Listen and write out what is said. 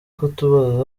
kutubaza